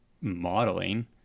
modeling